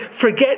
forget